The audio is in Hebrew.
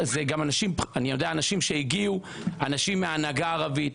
אני יודע שזה גם אנשים מההנהגה ערבית שהגיעו.